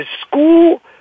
school